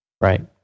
Right